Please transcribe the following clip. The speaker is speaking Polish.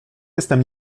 jestem